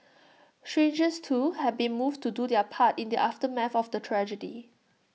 strangers too have been moved to do their part in the aftermath of the tragedy